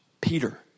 Peter